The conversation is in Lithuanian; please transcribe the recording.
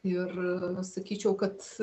ir sakyčiau kad